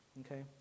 okay